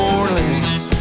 Orleans